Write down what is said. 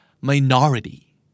Minority